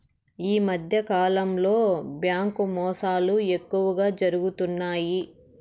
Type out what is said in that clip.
ఈ మధ్యకాలంలో బ్యాంకు మోసాలు ఎక్కువగా జరుగుతున్నాయి